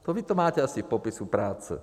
To vy to máte asi v popisu práce.